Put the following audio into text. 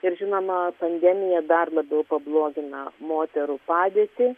ir žinoma pandemija dar labiau pablogina moterų padėtį